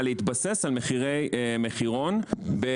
המשקית תהיה מעל 300 מיליון שקל בשנה.